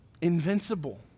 invincible